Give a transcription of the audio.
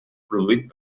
produït